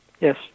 Yes